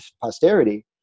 posterity